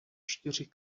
čtyři